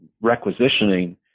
requisitioning